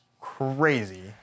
crazy